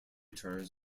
turns